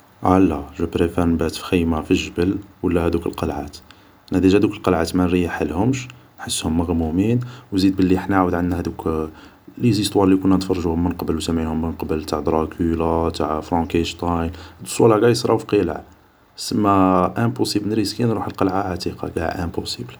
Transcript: اه لا. جو بريفار نبات في خيم في الجبل ولا هادوك القلعات ، انا ديجا هادوك القلعات مانريحلهمش ، نحسهم مغمومين ، و زيد حنا عندنا هادوك ليزيستوار لي كنا نتفرجوهم من قبل و سامعينهم من قبل ، تاع دراغولا تاع فرانكيشتاين ، هاد صوالح قاع يصراو في قلع ، سما امبوسيل نريسكي نروح لقلع عتيق قاع امبوسيبل